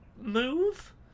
move